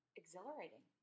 exhilarating